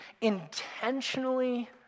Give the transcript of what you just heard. intentionally